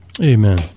Amen